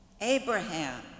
Abraham